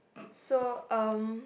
so um